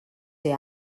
ser